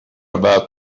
about